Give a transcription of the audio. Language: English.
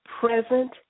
present